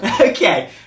Okay